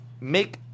make